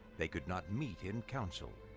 they could not meet in council.